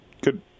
good